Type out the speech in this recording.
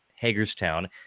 Hagerstown